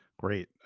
Great